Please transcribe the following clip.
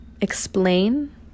explain